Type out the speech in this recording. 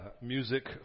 music